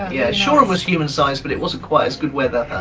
yeah. shoreham was human-sized, but it wasn't quite as good weather.